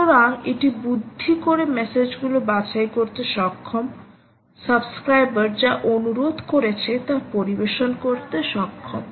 সুতরাং এটি বুদ্ধি করে মেসেজগুলো বাছাই করতে সক্ষম সাবস্ক্রাইবার যা অনুরোধ করেছে তা পরিবেশন করতে সক্ষম